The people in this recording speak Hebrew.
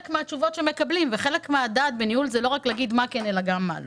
מהתשובות שמקבלים וחלק מהניהול הוא לא רק לומר מה כן אלא גם מה לא.